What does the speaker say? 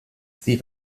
sie